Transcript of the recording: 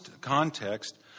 context